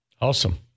Awesome